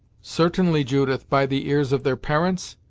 certainly, judith, by the ears of their parents?